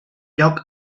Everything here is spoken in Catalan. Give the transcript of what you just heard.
lloc